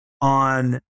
on